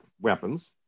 weapons